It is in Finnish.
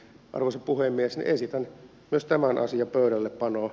arvoisa puhemies ei sitä osta vaan asiat pöydällepano